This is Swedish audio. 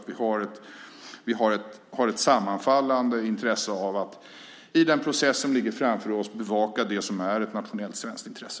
Vi har ett sammanfallande intresse av att i den process som ligger framför oss bevaka det som är ett nationellt svenskt intresse.